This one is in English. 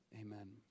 Amen